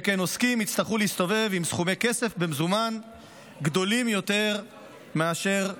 שכן עוסקים יצטרכו להסתובב עם סכומי כסף גדולים יותר במזומן מאשר אחרת.